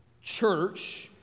church